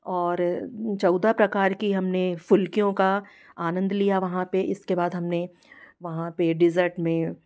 और चौदह प्रकार की हमने फ़ुल्कियों का आनंद लिया वहाँ पर इसके बाद हमने वहाँ पर डिज़र्ट में